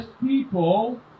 people